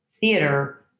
theater